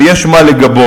ויש מה לגבות.